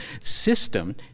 system